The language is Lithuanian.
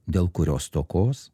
dėl kurio stokos